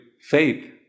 faith